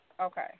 Okay